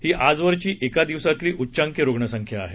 ही आजवरची एका दिवसातली उच्चांकी रुग्णसंख्या आहे